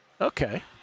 Okay